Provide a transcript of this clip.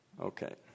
okay